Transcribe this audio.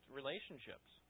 relationships